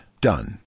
Done